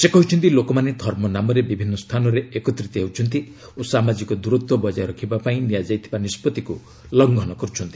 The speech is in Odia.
ସେ କହିଛନ୍ତି ଲୋକମାନେ ଧର୍ମ ନାମରେ ବିଭିନ୍ନ ସ୍ଥାନରେ ଏକତ୍ରିତ ହେଉଛନ୍ତି ଓ ସାମାଜିକ ଦୂରତ୍ୱ ବଜାୟ ରଖିବା ପାଇଁ ନିଆଯାଇଥିବା ନିଷ୍ପତ୍ତିକୁ ଲଙ୍ଘନ କରୁଛନ୍ତି